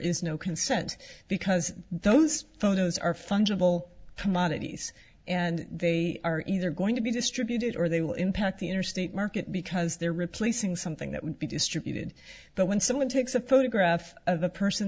is no consent because those photos are fungible commodities and they are either going to be distributed or they will impact the interstate market because they're replacing something that would be distributed but when someone takes a photograph of the person